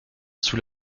sous